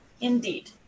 Indeed